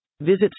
Visit